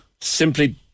simply